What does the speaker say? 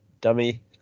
dummy